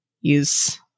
use